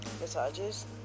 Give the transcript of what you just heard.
Massages